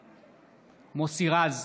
בעד מוסי רז,